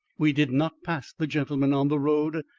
we did not pass the gentleman on the road,